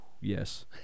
yes